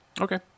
Okay